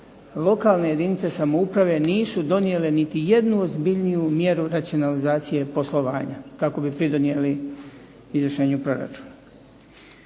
lokalne jedinice samouprave nisu donijele niti jednu ozbiljniju mjeru racionalizacije poslovanja. Kao bi pridonijeli izvršenju proračuna.